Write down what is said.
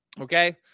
Okay